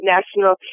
National